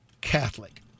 Catholic